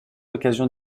l’occasion